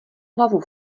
hlavu